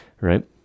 right